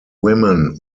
women